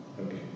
Okay